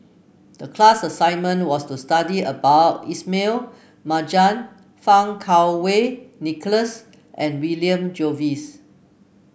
the class assignment was to study about Ismail Marjan Fang Kuo Wei Nicholas and William Jervois